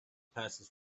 passed